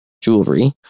jewelry